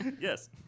Yes